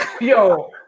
yo